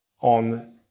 on